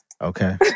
Okay